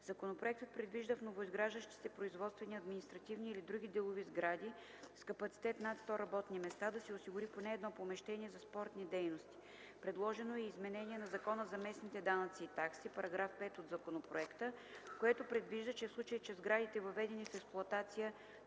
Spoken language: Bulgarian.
Законопроектът предвижда в новоизграждащи се производствени, административни или други делови сгради с капацитет над 100 работни места да се осигури поне едно помещение за спортни дейности. Предложено е и изменение на Закона за местните данъци и такси (§ 5 от законопроекта), което предвижда, че в случай, че в сградите, въведени в експлоатация